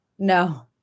No